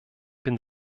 bin